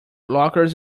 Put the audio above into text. blockers